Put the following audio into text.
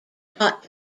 pot